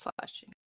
slashing